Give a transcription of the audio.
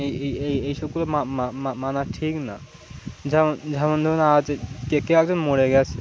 এই এই এই সবগুলো মানা ঠিক না যেমন ধরুন আজকে কেউ একজন মরে গেছে